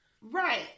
right